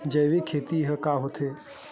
जैविक खेती ह का होथे?